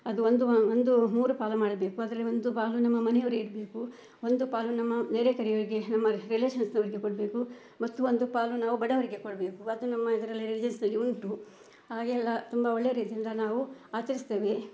ಅದು ಒಂದು ಒಂದು ಮೂರು ಪಾಲು ಮಾಡಬೇಕು ಅದರಲ್ಲಿ ಒಂದು ಪಾಲು ನಿಮ್ಮ ಮನೆಯವ್ರು ಇಡಬೇಕು ಒಂದು ಪಾಲು ನಮ್ಮ ನೆರೆಕೆರೆಯವ್ರಿಗೆ ನಮ್ಮ ರಿಲೇಶನ್ಸ್ನವರಿಗೆ ಕೊಡಬೇಕು ಮತ್ತು ಒಂದು ಪಾಲು ನಾವು ಬಡವರಿಗೆ ಕೊಡಬೇಕು ಅದು ನಮ್ಮ ಇದರಲ್ಲಿ ರಿಲೀಜಿಯಸ್ನಲ್ಲಿ ಉಂಟು ಹಾಗೆಲ್ಲ ತುಂಬ ಒಳ್ಳೆ ರೀತಿಯಿಂದ ನಾವು ಆಚರಿಸ್ತೇವೆ